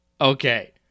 Okay